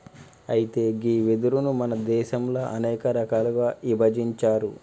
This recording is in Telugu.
అయితే గీ వెదురును మన దేసంలో అనేక రకాలుగా ఇభజించారు